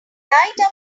after